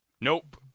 Nope